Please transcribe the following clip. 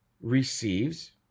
receives